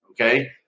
Okay